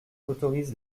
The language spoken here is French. autorise